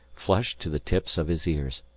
flushed to the tips of his ears.